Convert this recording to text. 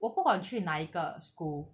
我不管去哪一个 school